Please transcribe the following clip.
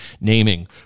naming